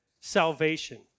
salvation